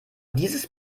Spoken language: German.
dieses